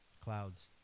clouds